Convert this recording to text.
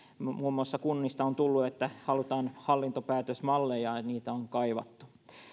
muun muassa kunnista on tullut palautetta että halutaan hallintopäätösmalleja että niitä on kaivattu